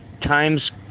times